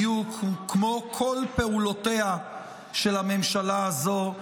בדיוק כמו כל פעולותיה של הממשלה הזאת,